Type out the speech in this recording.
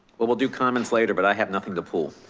will will do comments later, but i have nothing to pull.